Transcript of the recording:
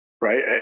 right